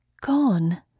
gone